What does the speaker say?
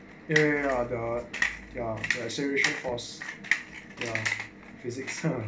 ya ya ya the actuation force physics